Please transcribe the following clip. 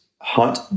hunt